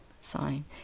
sign